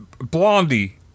Blondie